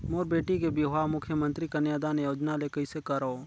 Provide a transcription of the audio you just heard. मोर बेटी के बिहाव मुख्यमंतरी कन्यादान योजना ले कइसे करव?